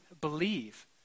believe